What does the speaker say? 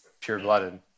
pure-blooded